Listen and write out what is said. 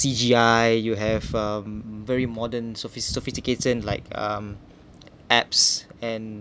C_G_I you have um very modern sophis~ sophisticated like um apps and